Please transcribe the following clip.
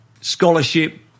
scholarship